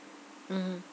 mm